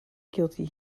guilty